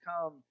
come